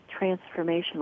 transformational